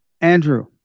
Andrew